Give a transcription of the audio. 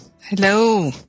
Hello